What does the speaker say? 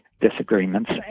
disagreements